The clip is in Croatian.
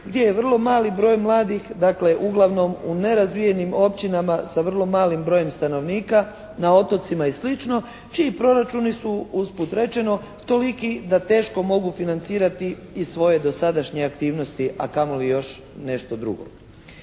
gdje je vrlo mali broj mladih, dakle uglavnom u nerazvijenim općinama sa vrlo malim brojem stanovnika na otocima i slično čiji proračuni su usput rečeno toliki da teško mogu financirati i svoje dosadašnje aktivnosti, a kamo li još nešto drugo.